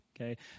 okay